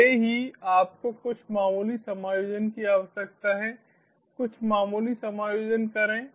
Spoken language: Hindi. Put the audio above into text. भले ही आपको कुछ मामूली समायोजन की आवश्यकता हो कुछ मामूली समायोजन करें